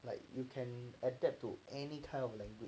like you can adapt to any kind of language